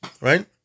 right